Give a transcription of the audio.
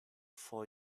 four